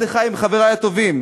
אחד-אחד הם חברי הטובים,